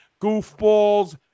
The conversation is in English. Goofballs